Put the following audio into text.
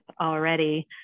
already